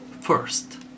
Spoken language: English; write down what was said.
first